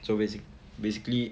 so basic basically